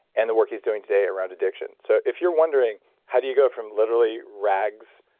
and the work he's doing today around addiction. so, if you're wondering how do you go from literally rags,